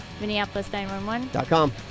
Minneapolis911.com